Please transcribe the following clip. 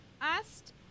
asked